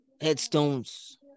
headstones